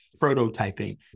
prototyping